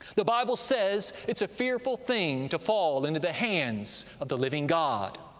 the bible says, it's a fearful thing to fall into the hands of the living god.